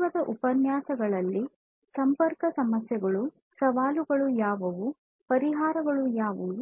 ಪೂರ್ವದ ಉಪನ್ಯಾಸಗಳಲ್ಲಿ ಸಂಪರ್ಕ ಸಮಸ್ಯೆಗಳು ಸವಾಲುಗಳು ಯಾವುವು ಪರಿಹಾರಗಳು ಯಾವುವು